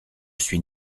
suis